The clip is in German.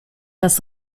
das